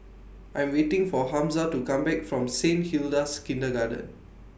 I'm waiting For Hamza to Come Back from Saint Hilda's Kindergarten